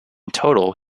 total